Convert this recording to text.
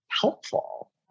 helpful